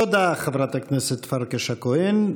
תודה, חברת הכנסת פרקש הכהן.